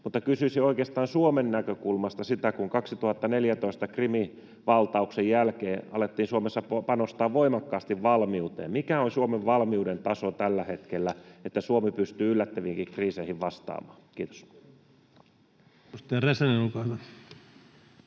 mutta kysyisin oikeastaan Suomen näkökulmasta sitä, että kun 2014 Krimin valtauksen jälkeen alettiin Suomessa panostamaan voimakkaasti valmiuteen, niin mikä on Suomen valmiuden taso tällä hetkellä, että Suomi pystyy yllättäviinkin kriiseihin vastaamaan. — Kiitos. Edustaja Räsänen, olkaa hyvä.